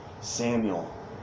Samuel